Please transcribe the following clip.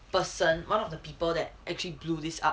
person one of the people that actually blew this up